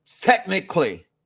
technically